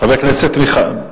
חבר הכנסת מיכאלי,